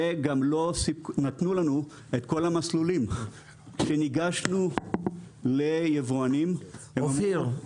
וגם לא נתנו לנו את כל המסלולים כי ניגשנו ליבואנים --- אופיר,